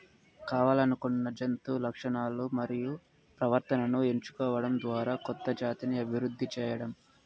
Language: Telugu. కావల్లనుకున్న జంతు లక్షణాలను మరియు ప్రవర్తనను ఎంచుకోవడం ద్వారా కొత్త జాతిని అభివృద్ది చేయడం